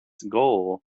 goal